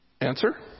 Answer